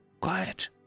quiet